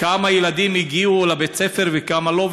כמה ילדים הגיעו לבית-הספר וכמה לא,